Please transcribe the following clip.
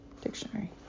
dictionary